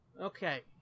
Okay